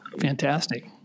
fantastic